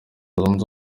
zunze